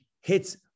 hits